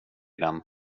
den